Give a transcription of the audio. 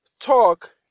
talk